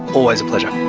always a pleasure.